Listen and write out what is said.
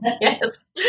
Yes